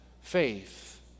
faith